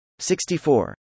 64